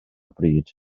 bryd